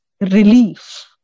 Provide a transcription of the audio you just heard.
relief